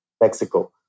Mexico